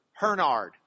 Hernard